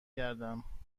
گردم